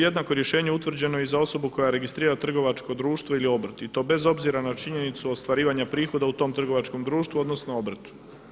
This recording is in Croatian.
Jednako rješenje je utvrđeno i za osobu koja registrira trgovačko društvo ili obrt i to bez obzira na činjenicu ostvarivanja prihoda u tom trgovačkom društvu, odnosno obrtu.